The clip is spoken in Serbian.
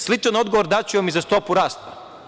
Sličan odgovor daću vam i za stopu rasta.